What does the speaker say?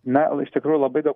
na o iš tikrųjų labai daug